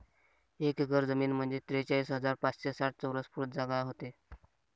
एक एकर जमीन म्हंजे त्रेचाळीस हजार पाचशे साठ चौरस फूट जागा व्हते